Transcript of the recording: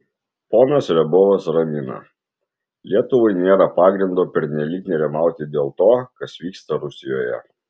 ponas riabovas ramina lietuvai nėra pagrindo pernelyg nerimauti dėl to kas vyksta rusijoje